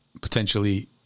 Potentially